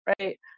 right